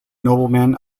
nobleman